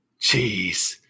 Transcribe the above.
Jeez